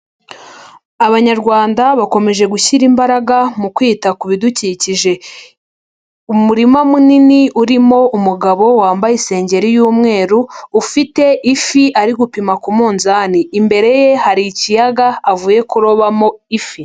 Abanyarwanda bakomeje gushyira imbaraga mu kwita ku bidukikije, umurima munini urimo umugabo wambaye isengeri y'umweru, ufite ifi ari gupima ku munzani. Imbere ye hari ikiyaga avuye kurobamo ifi.